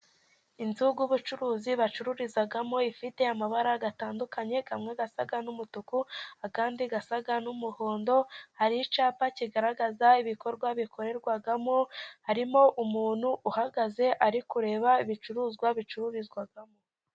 Inzu z'ubucuruzi bacururizamo, ifite amabara atandukanye amwe asa n'umutuku andi asa n'umuhondo. Hari icyapa kigaragaza ibikorwa bikorerwamo, harimo umuntu uhagaze ari kureba ibicuruzwa bicururizwamo.